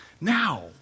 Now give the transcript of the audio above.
Now